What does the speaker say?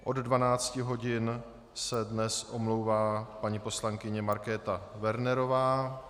Od 12 hodin se dnes omlouvá paní poslankyně Markéta Wernerová.